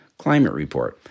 climatereport